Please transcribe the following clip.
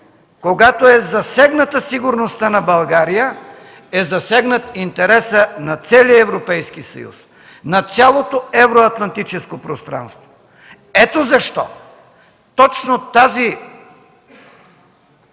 когато е засегната сигурността на България, е засегнат интересът на целия Европейския съюз, на цялото Евроатлантическо пространство. Ето защо точно тази